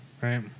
right